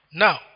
now